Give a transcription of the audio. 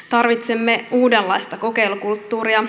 tarvitsemme uudenlaista kokeilukulttuuria